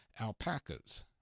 Alpacas